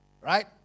right